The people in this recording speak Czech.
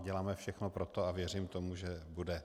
Děláme všechno pro to a věřím tomu, že bude.